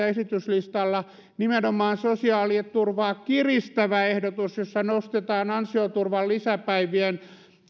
esityslistalla nimenomaan sosiaaliturvaa kiristävä ehdotus jossa nostetaan ansioturvan lisäpäivien